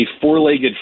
four-legged